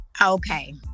Okay